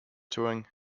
touring